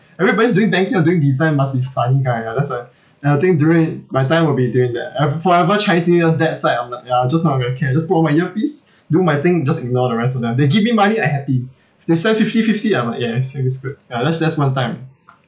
everybody's doing banking you're doing design must be funny guy ah that's why and I think during my time will be during that and forever chinese new year dad's side on my ya I'm just not going to care just put on my earpiece do my thing just ignore the rest of them they give me money I happy they say fifty fifty I'm like yes that is good ya that's that's one time